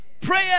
Prayer